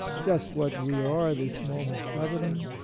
just what we are this moment coveting,